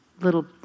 little